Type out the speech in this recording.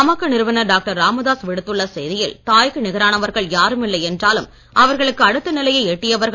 பாமக நிறுவனர் டாக்டர் ராமதாஸ் விடுத்துள்ள செய்தியில் தாய்க்கு நிகரானவர்கள் யாருமில்லை என்றாலும் அவர்களுக்கு அடுத்த நிலையை எட்டியவர்கள்